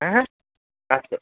अहम् अस्तु